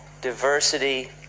diversity